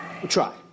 try